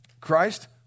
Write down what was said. Christ